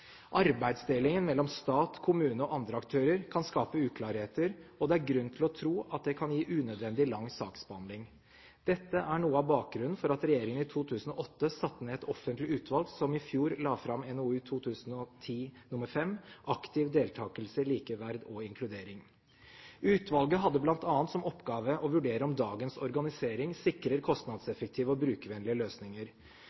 Arbeidsdelingen mellom stat, kommune og andre aktører kan skape uklarheter, og det er grunn til å tro at det kan gi unødvendig lang saksbehandling. Dette er noe av bakgrunnen for at regjeringen i 2008 satte ned et offentlig utvalg som i fjor la fram NOU 2010:5 «Aktiv deltakelse, likeverd og inkludering». Utvalget hadde bl.a. som oppgave å vurdere om dagens organisering sikrer